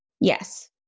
Yes